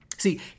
See